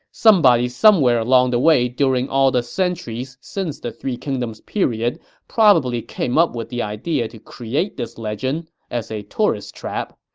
somebody somewhere along the way during the centuries since the three kingdoms period probably came up with the idea to create this legend as a tourist trap.